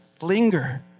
Linger